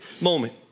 moment